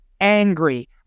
angry